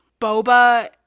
boba